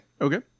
okay